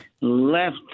left